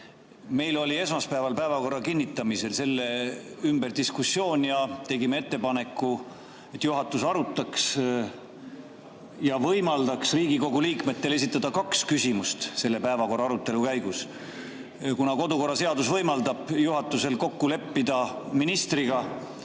Meil oli esmaspäeval päevakorra kinnitamisel selle ümber diskussioon ja me tegime ettepaneku, et juhatus arutaks ja võimaldaks Riigikogu liikmetel esitada selle päevakorra[punkti] arutelu käigus kaks küsimust. Kodukorraseadus võimaldab juhatusel kokku leppida ministriga